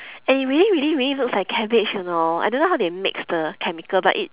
and it really really really looks like cabbage you know I don't know how they mix the chemical but it